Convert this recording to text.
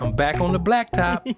um back on the blacktop.